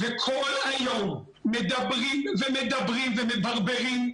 כל היום מדברים ומדברים ומברברים,